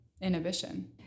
inhibition